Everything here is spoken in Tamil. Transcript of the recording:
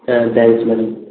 ah thanks madam